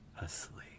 asleep